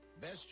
Best